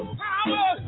power